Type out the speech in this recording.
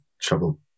trouble